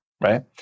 right